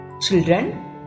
children